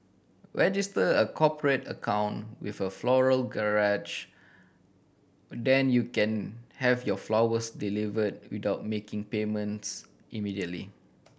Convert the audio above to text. register a cooperate account with a Floral Garage then you can have your flowers delivered without making payments immediately